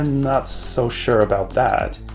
not so sure about that.